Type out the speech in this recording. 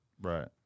Right